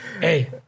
Hey